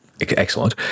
excellent